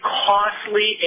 costly